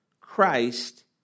Christ